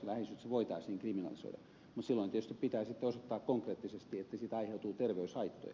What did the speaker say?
mutta silloin tietysti pitää sitten osoittaa konkreettisesti että siitä aiheutuu terveyshaittoja